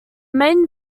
main